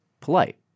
polite